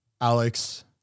Alex